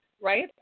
right